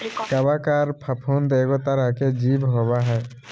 कवक आर फफूंद एगो तरह के जीव होबय हइ